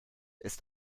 ist